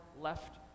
left